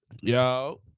yo